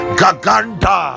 gaganda